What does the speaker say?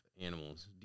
animals